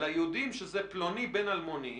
אלא יודעים שהוא פלוני בן אלמוני,